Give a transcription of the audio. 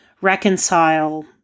reconcile